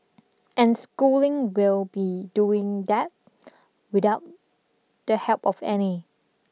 and Schooling will be doing that without the help of any